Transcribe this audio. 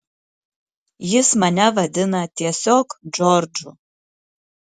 jis mane vadina tiesiog džordžu